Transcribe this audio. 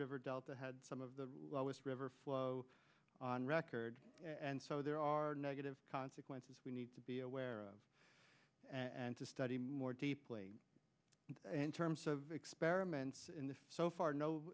river delta had some of the lowest river flow on record and so there are negative consequences we need to be aware of and to study more deeply in terms of experiments so far no